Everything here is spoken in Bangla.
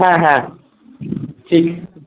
হ্যাঁ হ্যাঁ ঠিক